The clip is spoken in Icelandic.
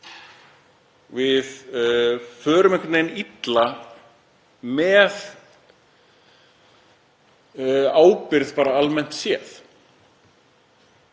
Við förum einhvern veginn illa með ábyrgð, bara almennt séð,